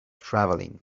travelling